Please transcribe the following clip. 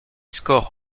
scores